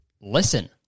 listen